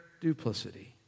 duplicity